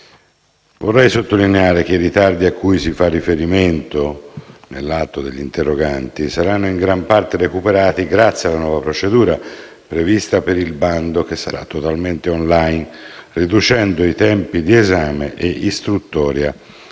Vorrei sottolineare che i ritardi a cui si fa riferimento nell'atto degli interroganti saranno in gran parte recuperati grazie alla nuova procedura prevista per il bando, che sarà totalmente *on line*, riducendo i tempi di esame e istruttoria